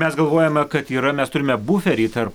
mes galvojame kad yra mes turime buferį tar